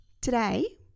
Today